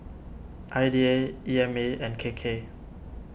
I D A E M A and K K